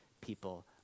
people